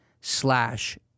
slash